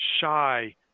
shy